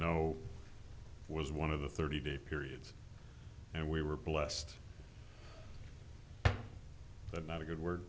know was one of the thirty day period and we were blessed but not a good word